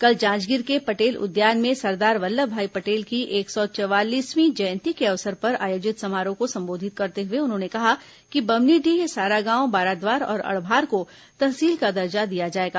कल जांजगीर के पटेल उद्यान में सरदार वल्लभभाई पटेल की एक सौ चवालीसवीं जयंती के अवसर पर आयोजित समारोह को संबोधित करते हुए उन्होंने कहा कि बम्हनीडीह सारागांव बाराद्वार और अड़भार को तहसील का दर्जा दिया जाएगा